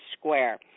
square